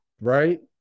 Right